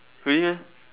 really meh